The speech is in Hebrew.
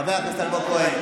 חבר הכנסת אלמוג כהן,